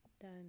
Done